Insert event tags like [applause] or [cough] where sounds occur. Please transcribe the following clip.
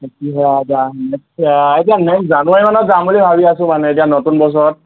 কিন্তু সেয়া এতিয়া [unintelligible] এতিয়া এনেও জানুৱাৰী মানত যাম বুলি ভাবি আছোঁ মানে এতিয়া নতুন বছৰত